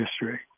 history